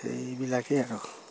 সেইবিলাকেই আৰু